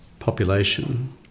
population